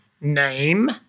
name